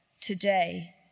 today